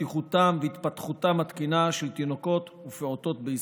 בטיחותם והתפתחותם התקינה של תינוקות ופעוטות בישראל.